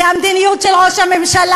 זה המדיניות של ראש הממשלה,